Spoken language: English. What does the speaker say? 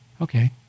Okay